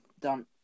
done